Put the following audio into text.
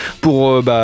pour